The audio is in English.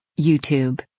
YouTube